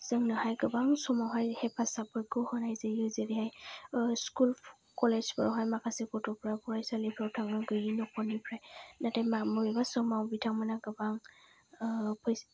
गोबां समावहाय हेफाजाबफोरखौ होनाय जायो जेरै स्कुल कलेजावहाय माखासे फरायसाफोरा फरायसालि फोराव थांना गोयै नखरनिफ्राय नाथाय मा बबेबा समाव बिथांमोना गोबां